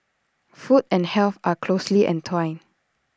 food and health are closely entwined